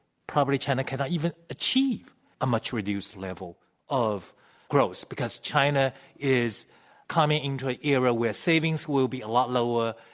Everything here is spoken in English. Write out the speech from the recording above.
probably china cannot even achieve a much reduced level of growth because china is coming into an era where savings will be a lot lower.